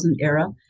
era